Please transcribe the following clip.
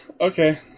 Okay